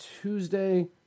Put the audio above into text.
Tuesday